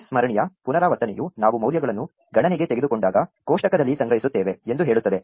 ಈ ಸ್ಮರಣೀಯ ಪುನರಾವರ್ತನೆಯು ನಾವು ಮೌಲ್ಯಗಳನ್ನು ಗಣನೆಗೆ ತೆಗೆದುಕೊಂಡಾಗ ಕೋಷ್ಟಕದಲ್ಲಿ ಸಂಗ್ರಹಿಸುತ್ತೇವೆ ಎಂದು ಹೇಳುತ್ತದೆ